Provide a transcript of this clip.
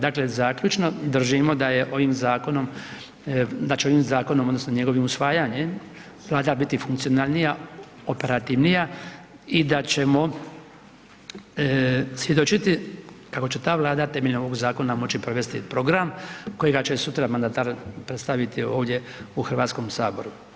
Dakle, zaključno, držimo da je ovim zakonom, da će ovim zakonom, odnosno njegovim usvajanjem Vlada biti funkcionalnija, operativnija i da ćemo svjedočiti kako će ta vlada temeljem ovog zakona moći provesti program kojega će sutra mandatar predstaviti ovdje u HS-u.